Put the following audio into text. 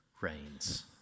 reigns